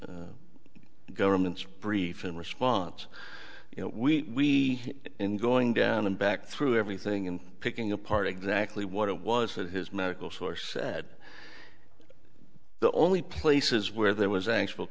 the government's brief in response you know we in going down and back through everything and picking apart exactly what it was that his medical source said the only places where there was actual